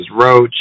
Roach